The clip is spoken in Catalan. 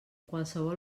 qualsevol